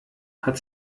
hat